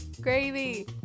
Gravy